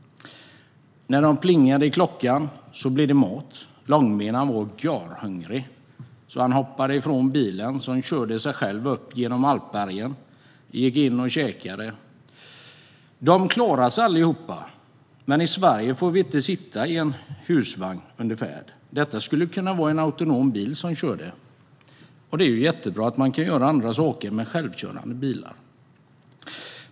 När de plingar i klockan blir det mat. Långben är görhungrig, så han hoppar ur bilen, som kör sig själv upp genom bergen, och går in och käkar. De klarar sig allihop, men i Sverige får vi inte sitta i en husvagn under färd. Det skulle kunna vara en autonom bil som körde, och det är jättebra att man kan göra andra saker med självkörande bilar.